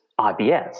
IBS